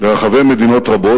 ברחבי מדינות רבות.